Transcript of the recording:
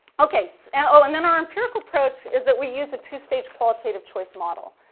okay, so and then our empirical approach is that we used a two-staged qualitative choice model,